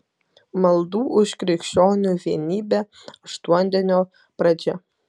maldų už krikščionių vienybę aštuondienio pradžia